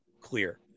clear